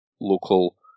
local